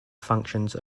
functions